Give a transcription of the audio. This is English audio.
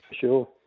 sure